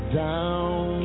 down